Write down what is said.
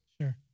Sure